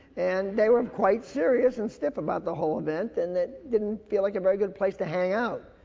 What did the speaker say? and they were quite serious and stiff about the whole event. and it didn't feel like a very good place to hang out.